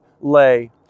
lay